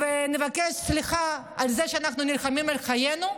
ונבקש סליחה על זה שאנחנו נלחמים על חיינו?